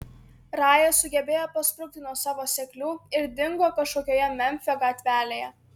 raja sugebėjo pasprukti nuo savo seklių ir dingo kažkokioje memfio gatvelėje